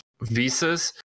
visas